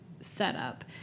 setup